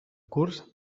curs